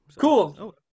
Cool